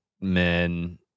men